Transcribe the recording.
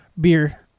beer